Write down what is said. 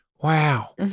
Wow